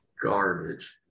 garbage